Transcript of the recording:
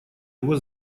его